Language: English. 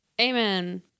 Amen